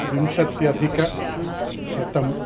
विंशत्यधिकशतं